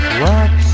rock